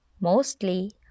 Mostly